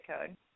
code